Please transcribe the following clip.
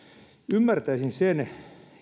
ymmärtäisin sen